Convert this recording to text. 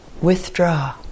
withdraw